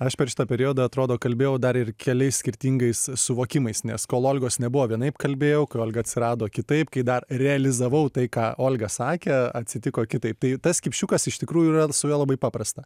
aš per šitą periodą atrodo kalbėjau dar ir keliais skirtingais suvokimais nes kol olgos nebuvo vienaip kalbėjau olga atsirado kitaip kai dar realizavau tai ką olga sakė atsitiko kitaip tai tas kipšiukas iš tikrųjų yra su juo labai paprasta